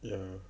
ya